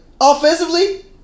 Offensively